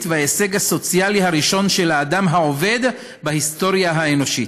וההישג הסוציאלי הראשון של האדם העובד בהיסטוריה האנושית".